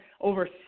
over